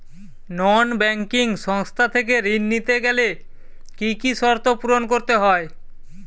নন banking সংস্থা থেকে ঋণ নিতে গেলে কি কি শর্ত পূরণ করতে হয়?